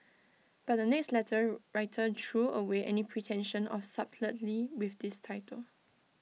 but the next letter writer threw away any pretension of subtlety with this title